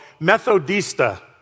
methodista